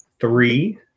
three